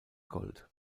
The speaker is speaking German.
gold